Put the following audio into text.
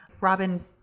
Robin